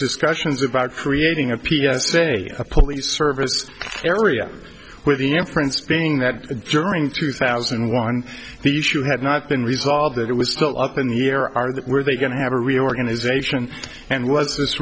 discussions about creating a p s a a police service area with the inference being that during two thousand and one these you had not been resolved that it was still up in the air are that were they going to have a reorganization and was this